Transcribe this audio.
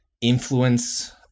influence